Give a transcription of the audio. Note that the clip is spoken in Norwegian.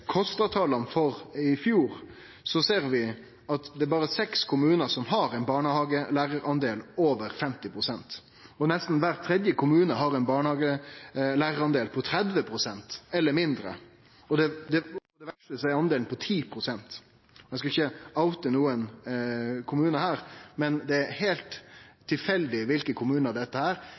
for i fjor er det berre seks kommunar som har ein barnehagelærardel over 50 pst. Nesten kvar tredje kommune har ein barnehagelærardel på 30 pst. eller mindre. I dei verste tilfella er delen på 10 pst. Vi skal ikkje «oute» nokon kommune her, men det er heilt tilfeldig kva for kommunar dette